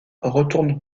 retourne